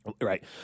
Right